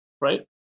Right